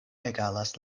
egalas